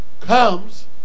Comes